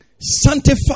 sanctify